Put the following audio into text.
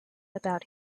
about